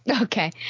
Okay